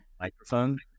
microphone